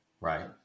Right